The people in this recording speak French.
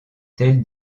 telle